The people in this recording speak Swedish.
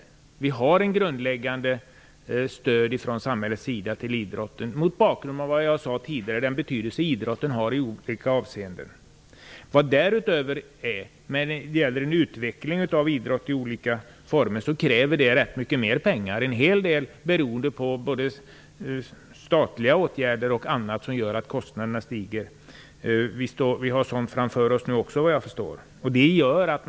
Samhället ger ett grundläggande stöd till idrotten mot bakgrund av, som jag tidigare sade, den betydelse som idrotten i olika avseenden har. Därutöver krävs det rätt mycket mer pengar för en utveckling av idrotten, både för statliga åtgärder och annat som gör att kostnaderna stiger. Såvitt jag förstår har vi också nu en del sådant framför oss.